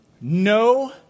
no